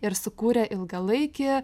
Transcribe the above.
ir sukūrė ilgalaikį